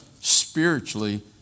spiritually